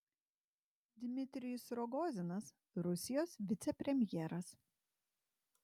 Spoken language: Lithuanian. dmitrijus rogozinas rusijos vicepremjeras